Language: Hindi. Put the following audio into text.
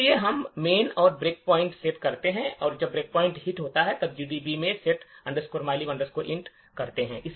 इसलिए हम main में breakpoint set करते हैं और जब breakpoint hit होता है हम GDB में set mylib int करते हैं